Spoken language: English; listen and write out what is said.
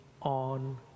on